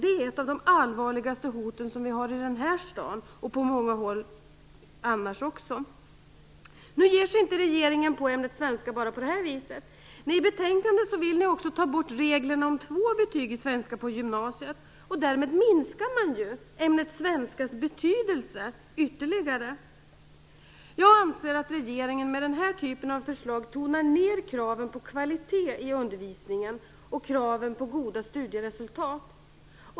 Det är ett av de allvarligaste hoten i den här staden, men också på många andra håll. Regeringen ger sig inte på ämnet svenska bara på det här viset. Enligt betänkandet vill ni också ta bort reglerna om två betyg i svenska på gymnasiet. Därmed minskar man betydelsen av ämnet svenska ytterligare. Jag anser att regeringen med den här typen av förslag tonar ned kraven på kvalitet i undervisningen samt kraven på goda studieresultat.